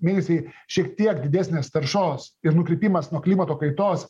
mėnesiai šiek tiek didesnės taršos ir nukrypimas nuo klimato kaitos